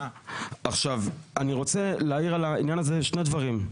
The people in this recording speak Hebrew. עכשיו אני רוצה להעיר על העניין הזה שני דברים: